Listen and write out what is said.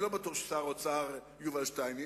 אני לא בטוח של שר האוצר יובל שטייניץ,